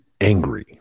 angry